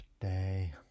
day